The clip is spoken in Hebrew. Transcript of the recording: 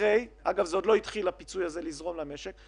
אגב, אותו פיצוי לא התחיל לזרום למשק.